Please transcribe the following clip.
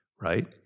right